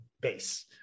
base